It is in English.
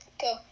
Go